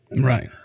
Right